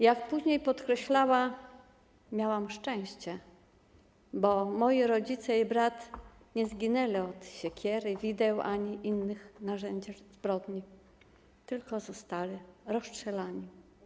Jak później podkreślała: miałam szczęście, bo moi rodzice i brat nie zginęli od siekiery, wideł ani innych narzędziach zbrodni, tylko zostali rozstrzelani.